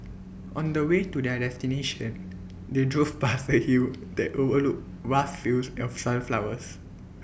on the way to their destination they drove past A hill that overlooked vast fields of sunflowers